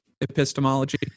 epistemology